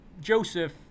Joseph